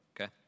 okay